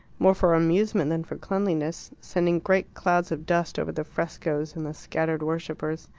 more for amusement than for cleanliness, sending great clouds of dust over the frescoes and the scattered worshippers.